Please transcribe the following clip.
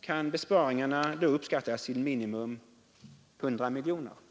kan besparingarna då uppskattas till minimum 100 miljoner kronor.